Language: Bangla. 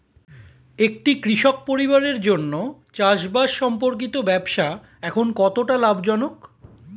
একটি কৃষক পরিবারের জন্য চাষবাষ সম্পর্কিত ব্যবসা এখন কতটা লাভজনক?